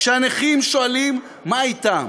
כשהנכים שואלים מה אתם,